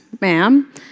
ma'am